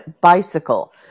bicycle